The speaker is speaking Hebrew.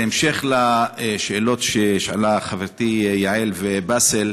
בהמשך השאלות ששאלו חברתי יעל ובאסל,